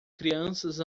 crianças